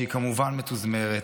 שהיא כמובן מתוזמרת,